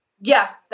Yes